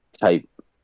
type